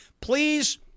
Please